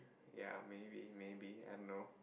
ya maybe maybe I don't know